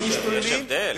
יש הבדל.